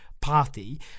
party